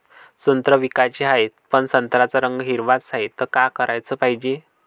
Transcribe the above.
संत्रे विकाचे हाये, पन संत्र्याचा रंग हिरवाच हाये, त का कराच पायजे?